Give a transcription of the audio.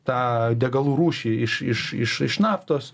tą degalų rūšį iš iš iš iš naftos